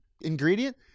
ingredient